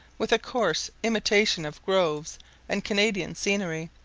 with a coarse imitation of groves and canadian scenery,